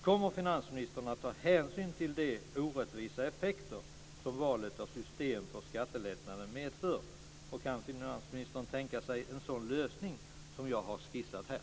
Kommer finansministern att ta hänsyn till de orättvisa effekter som valet av system för skattelättnaden medför? Kan finansministern tänka sig en sådan lösning som jag har skissat här?